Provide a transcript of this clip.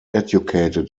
educated